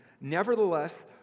Nevertheless